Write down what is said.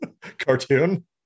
cartoon